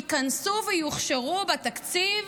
ייכנסו ויוכשרו בתקציב,